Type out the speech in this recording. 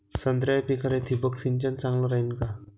संत्र्याच्या पिकाले थिंबक सिंचन चांगलं रायीन का?